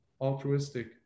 altruistic